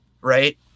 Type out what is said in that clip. right